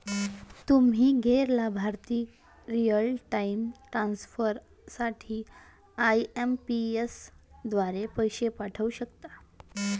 तुम्ही गैर लाभार्थ्यांना रिअल टाइम ट्रान्सफर साठी आई.एम.पी.एस द्वारे पैसे पाठवू शकता